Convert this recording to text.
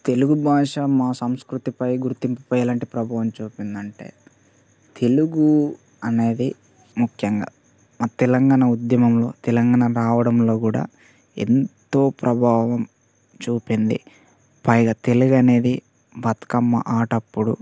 తెలుగు భాష మా సంస్కృతిపై గుర్తింపుపై ఎలాంటి ప్రభావం చూపింది అంటే తెలుగు అనేది ముఖ్యంగా మా తెలంగాణ ఉద్యమంలో తెలంగాణ రావడంలో కూడ ఎంతో ప్రభావం చూపింది పైగా తెలుగు అనేది బతుకమ్మ ఆట అప్పుడు